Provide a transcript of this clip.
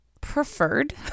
preferred